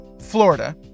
Florida